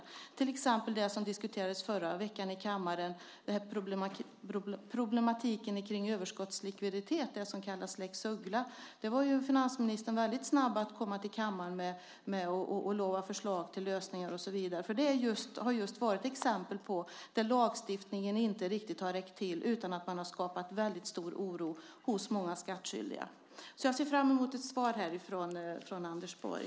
Det kan till exempel gälla det som förra veckan diskuterades här i kammaren, nämligen problematiken kring överskottslikviditeten - det som kallas för lex Uggla. Där var finansministern väldigt snabb med att komma till kammaren och lova förslag till lösningar och så vidare. Det har just varit exempel på där lagstiftningen inte riktigt har räckt till, så en väldigt stor oro har skapats bland många skattskyldiga. Jag ser alltså fram emot ett svar här från Anders Borg.